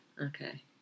Okay